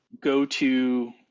go-to